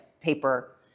paper